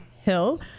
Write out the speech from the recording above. hill